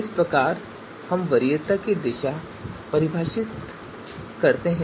इस प्रकार हम वरीयता दिशा को परिभाषित करते हैं